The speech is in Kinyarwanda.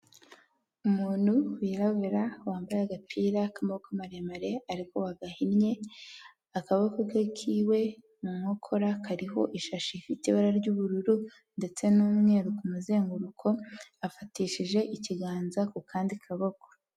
Umuntu wirabura wambaye agapira k'amaboko maremare, ariko wagahinnye, akaboko ke k'iwe mu nkokora kariho ishashi ifite ibara ry'ubururu, ndetse n'umweru ku kumuzenguruko, afatishije ikiganza ku kandi kaboko.